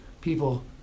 people